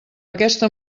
aquesta